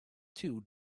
two